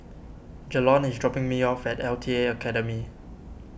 Jalon is dropping me off at L T A Academy